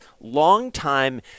longtime